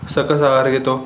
सकस आहार घेतो